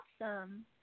awesome